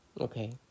Okay